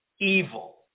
evil